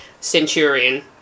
Centurion